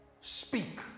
speak